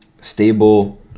stable